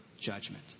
judgment